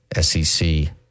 SEC